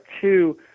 two